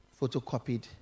photocopied